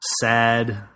sad